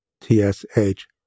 T-S-H